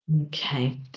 okay